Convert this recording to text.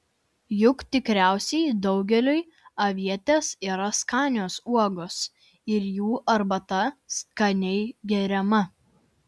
juk tikriausiai daugeliui avietės yra skanios uogos ir jų arbata skaniai geriama